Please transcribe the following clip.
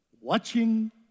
watching